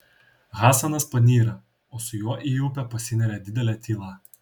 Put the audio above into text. hasanas panyra o su juo į upę pasineria didelė tyla